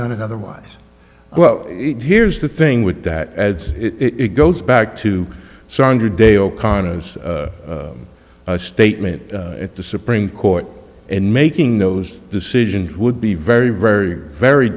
done it otherwise well here's the thing with that as it goes back to sandra day o'connor as a statement at the supreme court and making those decisions would be very very very